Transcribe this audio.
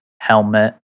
helmet